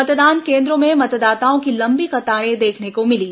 मतदान केन्द्रों में मतदाताओं की लम्बी कतारें देखने को मिली